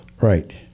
Right